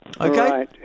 Okay